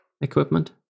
equipment